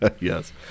Yes